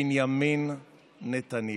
בנימין נתניהו.